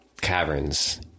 caverns